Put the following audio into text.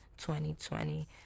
2020